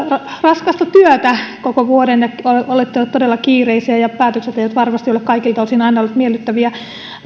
raskasta työtä koko vuoden ja olette olleet todella kiireisiä ja päätökset eivät varmasti ole kaikilta osin aina olleet miellyttäviä